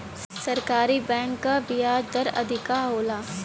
सरकारी बैंक कअ बियाज दर अधिका होला